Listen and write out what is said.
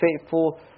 faithful